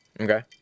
Okay